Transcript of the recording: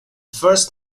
first